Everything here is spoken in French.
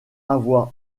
avoir